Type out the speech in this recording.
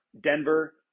Denver